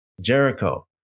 Jericho